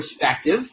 perspective